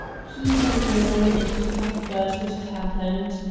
he then related to cuthbert what had happened.